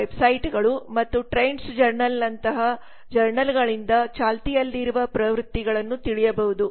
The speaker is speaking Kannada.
com ವೆಬ್ಸೈಟ್ಗಳು ಮತ್ತು ಟ್ರೆಂಡ್ಸ್ ಜರ್ನಲ್ನಂತಹ ಜರ್ನಲ್ಗಳಿಂದ ಚಾಲ್ತಿಯಲ್ಲಿರುವ ಪ್ರವೃತ್ತಿಗಳನ್ನು ತಿಳಿಯಬಹುದು